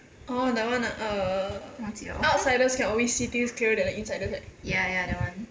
orh that one err outsiders can always see things clearer than the insiders right